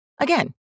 Again